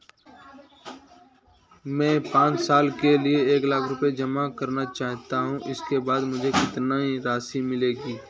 मैं पाँच साल के लिए एक लाख रूपए जमा करना चाहता हूँ इसके बाद मुझे कितनी राशि मिलेगी?